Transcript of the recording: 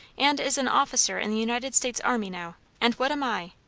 and is an officer in the united states army now and what am i?